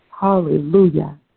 Hallelujah